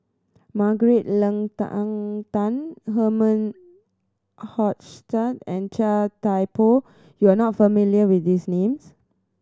Margaret Leng Tan Herman Hochstadt and Chia Thye Poh you are not familiar with these names